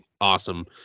awesome